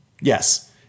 Yes